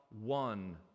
one